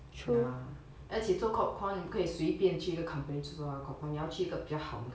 ya 而且做 corp comm 你不可以随便去一个 company 去做它的 corp comm 你要去一个比较好的